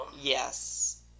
Yes